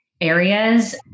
areas